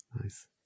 Nice